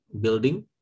building